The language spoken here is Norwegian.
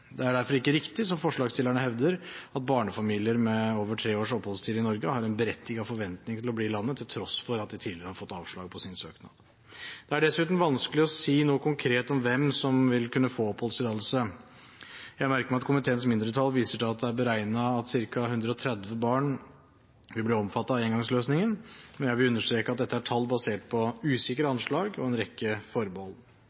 Det er derfor ikke riktig, som forslagsstillerne hevder, at barnefamilier med over tre års oppholdstid i Norge har en berettiget forventning til å få bli i landet, til tross for at de tidligere har fått avslag på sin søknad. Det er dessuten vanskelig å si noe konkret om hvem som vil kunne få oppholdstillatelse. Jeg merker meg at komiteens mindretall viser til at det er beregnet at ca. 130 barn vil bli omfattet av engangsløsningen, men jeg vil understreke at dette er tall basert på usikre